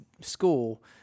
school